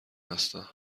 هستم